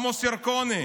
עמוס ירקוני,